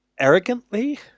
arrogantly